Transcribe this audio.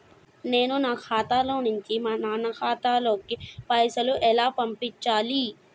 నేను నా ఖాతా నుంచి మా నాన్న ఖాతా లోకి పైసలు ఎలా పంపాలి?